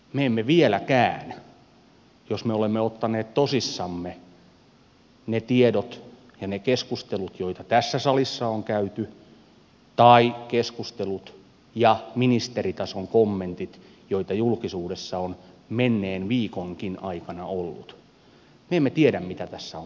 me emme vieläkään jos me olemme ottaneet tosissamme ne tiedot ja ne keskustelut joita tässä salissa on käyty tai keskustelut ja ministeritason kommentit joita julkisuudessa on menneen viikonkin aikana ollut tiedä mitä tässä on tapahtumassa